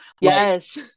yes